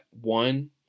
one